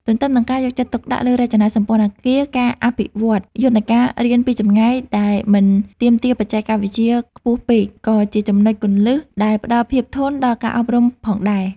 ទន្ទឹមនឹងការយកចិត្តទុកដាក់លើរចនាសម្ព័ន្ធអគារ ការអភិវឌ្ឍយន្តការរៀនពីចម្ងាយដែលមិនទាមទារបច្ចេកវិទ្យាខ្ពស់ពេក ក៏ជាចំណុចគន្លឹះដែលផ្តល់ភាពធន់ដល់ការអប់រំផងដែរ។